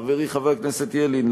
חברי חבר הכנסת ילין,